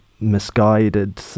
misguided